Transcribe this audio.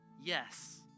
Yes